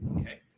Okay